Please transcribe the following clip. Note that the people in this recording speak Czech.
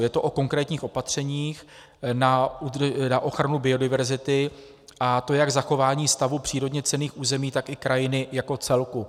Je to o konkrétních opatřeních na ochranu biodiverzity, a to jak zachování stavu přírodně cenných území, tak i krajiny jako celku.